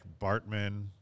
Bartman